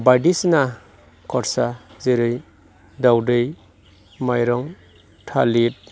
बायदिसिना खरसा जेरै दावदै माइरं थालिर